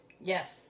Yes